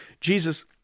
Jesus